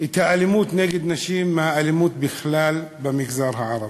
את האלימות נגד נשים מהאלימות בכלל במגזר הערבי.